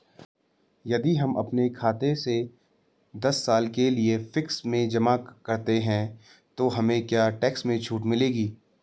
यदि हम अपने खाते से दस साल के लिए फिक्स में जमा करते हैं तो हमें क्या टैक्स में छूट मिलेगी?